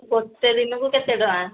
ଗୋଟେ ଦିନକୁ କେତେ ଟଙ୍କା